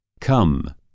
Come